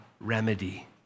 remedy